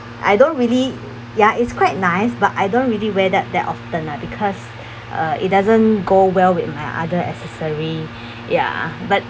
I don't really ya it's quite nice but I don't really wear that that often lah because uh it doesn't go well with my other accessory ya but